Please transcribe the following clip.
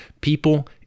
people